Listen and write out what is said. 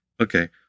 Okay